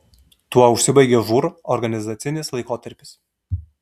tuo užsibaigė žūr organizacinis laikotarpis